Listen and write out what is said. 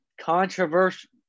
controversial